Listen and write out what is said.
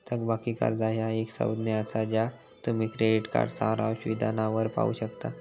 थकबाकी कर्जा ह्या एक संज्ञा असा ज्या तुम्ही क्रेडिट कार्ड सारांश विधानावर पाहू शकता